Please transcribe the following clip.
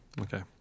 Okay